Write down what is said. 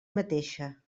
mateixa